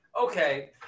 Okay